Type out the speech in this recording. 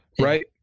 Right